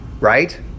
right